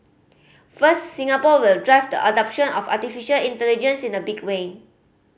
first Singapore will drive the adoption of artificial intelligence in a big way